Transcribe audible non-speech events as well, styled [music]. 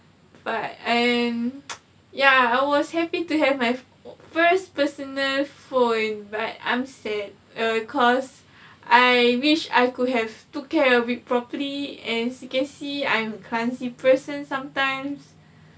but and [noise] ya I was happy to have my first personal phone but I'm sad err cause I wish I could have took care of it properly as you can see I'm a clumsy person sometimes